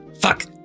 Fuck